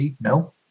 No